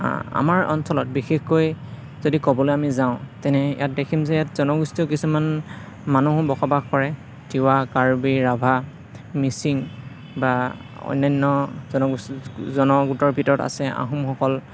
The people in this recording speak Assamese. আমাৰ অঞ্চলত বিশেষকৈ যদি ক'বলৈ আমি যাওঁ তেনে ইয়াত দেখিম যে ইয়াত জনগোষ্ঠীয় কিছুমান মানুহো বসবাস কৰে তিৱা কাৰ্বি ৰাভা মিচিং বা অন্য়ান্য জন গোটৰ ভিতৰত আছে আহোমসকল